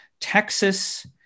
Texas